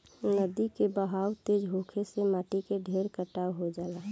नदी के बहाव तेज होखे से माटी के ढेर कटाव हो जाला